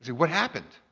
what happened?